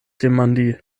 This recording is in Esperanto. demandi